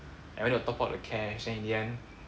I went to top up the cash then in the end